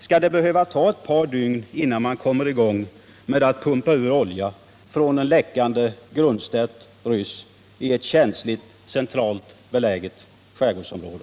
Skall det behöva ta ett par dygn innan man kommer i gång med att pumpa ut olja från en läckande grundstött ryss i ett känsligt, centralt beläget skärgårdsområde?